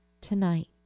tonight